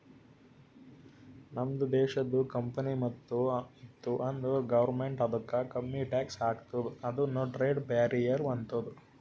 ನಮ್ದು ದೇಶದು ಕಂಪನಿ ಇತ್ತು ಅಂದುರ್ ಗೌರ್ಮೆಂಟ್ ಅದುಕ್ಕ ಕಮ್ಮಿ ಟ್ಯಾಕ್ಸ್ ಹಾಕ್ತುದ ಇದುನು ಟ್ರೇಡ್ ಬ್ಯಾರಿಯರ್ ಆತ್ತುದ